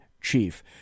chief